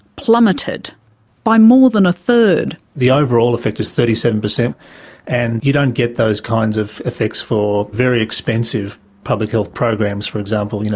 plummeted by more than a third. the overall effect is thirty seven per so and you don't get those kinds of effects for very expensive public health programs for example, you know